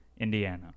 Indiana